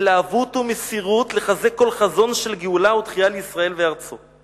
התלהבות ומסירות לחזק כל חזון של גאולה ותחייה לישראל וארצו";